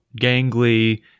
gangly